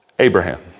Abraham